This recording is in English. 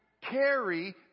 carry